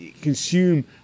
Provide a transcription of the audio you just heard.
consume